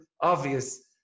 obvious